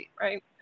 right